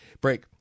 Break